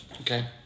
Okay